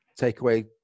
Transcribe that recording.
takeaway